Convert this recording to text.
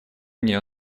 нее